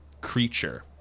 creature